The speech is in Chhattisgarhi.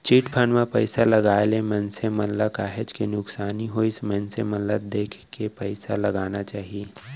चिटफंड म पइसा लगाए ले मनसे मन ल काहेच के नुकसानी होइस मनसे मन ल देखे के पइसा लगाना चाही